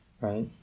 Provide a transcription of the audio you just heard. right